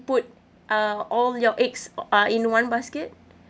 put uh all your eggs uh in one basket